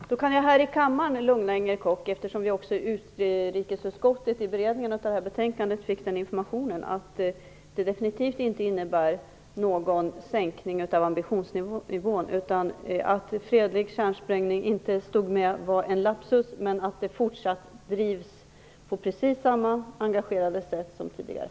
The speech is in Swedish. Herr talman! Jag kan här i kammaren lugna Inger Koch, eftersom vi i utrikesutskottet vid beredningen av det här betänkandet fick den informationen att det definitivt inte innebär någon sänkning av ambitionsnivån att fredlig kärnsprängning inte kom med. Det var en lapsus, och frågan bedrivs på precis samma engagerade sätt som tidigare.